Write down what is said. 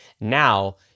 now